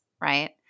right